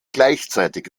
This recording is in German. gleichzeitig